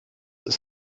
ist